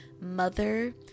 mother